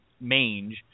mange